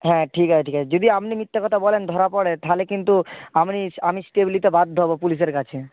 হ্যাঁ ঠিক আছে ঠিক আছে যদি আপনি মিথ্যা কথা বলেন ধরা পড়ে তাহলে কিন্তু আপনি আমি স্টেপ নিতে বাধ্য হব পুলিশের কাছে